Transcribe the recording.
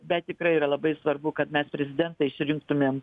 bet tikrai yra labai svarbu kad mes prezidentai surinktumėm